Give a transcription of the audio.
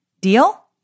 deal